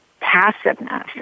passiveness